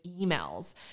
emails